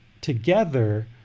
together